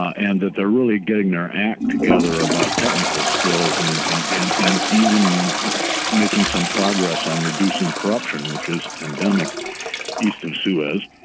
and that they're really getting their act together about technical skills and and and and even making some progress on reducing corruption which is endemic east of suez